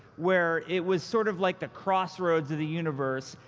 where it was sort of like the crossroads of the universe,